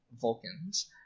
vulcans